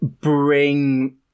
bring